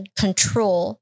control